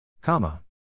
Comma